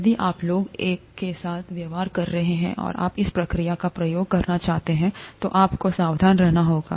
यदि आप लोगों के साथ व्यवहार कर रहे हैं और आप इस प्रक्रिया का उपयोग करना चाहते हैं तो आपको सावधान रहना होगा